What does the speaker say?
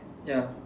ya